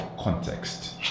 context